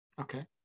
Okay